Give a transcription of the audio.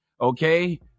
okay